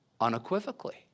Unequivocally